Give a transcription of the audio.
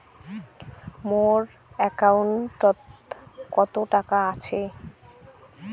মোর একাউন্টত কত টাকা আছে?